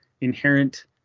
inherent